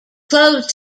closed